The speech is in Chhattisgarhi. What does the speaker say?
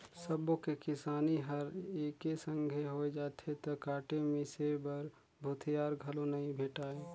सबो के किसानी हर एके संघे होय जाथे त काटे मिसे बर भूथिहार घलो नइ भेंटाय